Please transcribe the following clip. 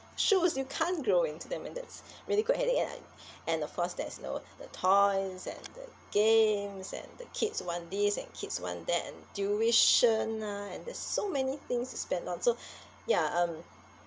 shoes you can't grow into them and that's really quite headache and like and of course there's you know the toys and the games and the kids want this and kids want that tuition lah and there's so many things to spend on so ya um